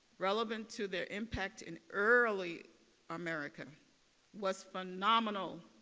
relevant to their impact in early america was phenomenal.